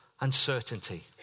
uncertainty